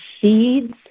seeds